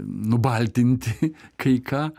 nubaltinti kai ką